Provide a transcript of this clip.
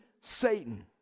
Satan